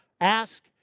ask